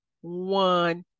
one